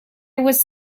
was